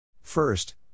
First